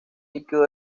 líquido